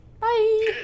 bye